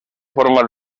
forma